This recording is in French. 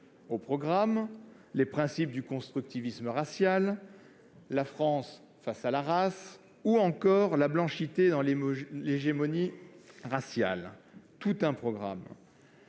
Au programme : les principes du constructivisme racial, la France face à la race, ou encore la blanchité dans l'hégémonie raciale. Tout un programme